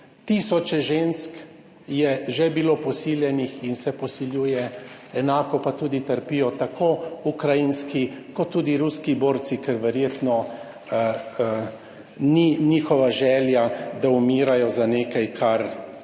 tisoče žensk je že bilo posiljenih in se posiljuje, enako pa tudi trpijo tako ukrajinski kot tudi ruski borci, ker verjetno ni njihova želja, da umirajo za nekaj kar